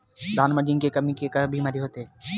धान म जिंक के कमी से का बीमारी होथे?